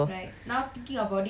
I want to go